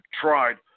tried